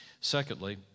Secondly